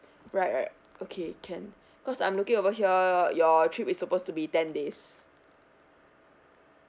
right right okay can cause I'm looking over here your trip is supposed to be ten days